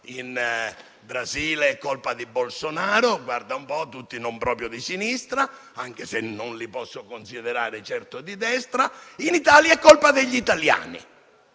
in Brasile è colpa di Bolsonaro - guarda un po': tutti non proprio di sinistra, anche se non li posso considerare certo di destra - mentre in Italia è colpa degli italiani.